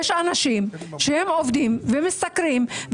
יש אנשים שעובדים ומשתכרים,